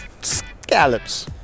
scallops